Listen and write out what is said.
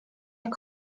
jak